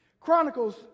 Chronicles